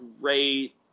great